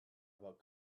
about